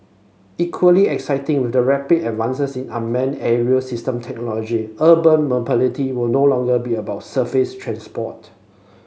equally exciting with the rapid advances unmanned aerial system technology urban will no longer be about surface transport